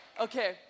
okay